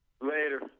Later